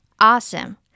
awesome